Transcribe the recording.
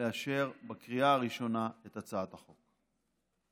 לאשר את הצעת החוק בקריאה ראשונה.